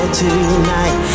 tonight